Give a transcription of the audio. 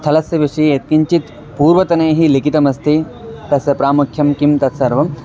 स्थलस्य विषये यत्किञ्चित् पूर्वतनैः लिखितमस्ति तस्य प्रामुख्यं किं तत्सर्वम्